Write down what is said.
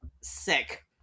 sick